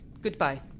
Goodbye